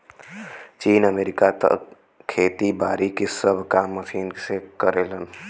चीन, अमेरिका त खेती बारी के सब काम मशीन के करलन